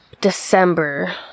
December